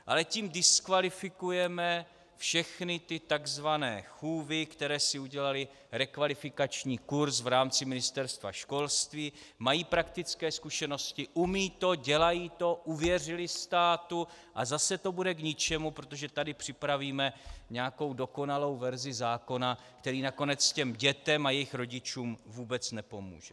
Ale tím diskvalifikujeme všechny ty tzv. chůvy, které si udělaly rekvalifikační kurz v rámci Ministerstva školství, mají praktické zkušenosti, umějí to, dělají to, uvěřily státu, a zase to bude k ničemu, protože tady připravíme nějakou dokonalou verzi zákona, který nakonec těm dětem a jejich rodičům vůbec nepomůže.